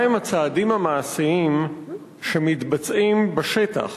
מה הם הצעדים המעשיים שמתבצעים בשטח